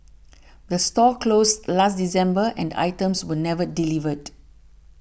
the store closed last December and items were never delivered